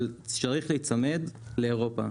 אבל צריך להיצמד לאירופה.